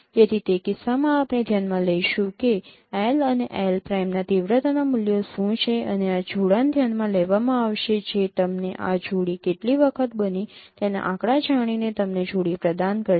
તેથી તે કિસ્સામાં આપણે ધ્યાનમાં લઈશું કે L અને L પ્રાઈમના તીવ્રતાના મૂલ્યો શું છે અને આ જોડાણ ધ્યાન માં લેવામાં આવશે જે તમને આ જોડી કેટલી વખત બની તેના આંકડા જાણીને તમને જોડી પ્રદાન કરશે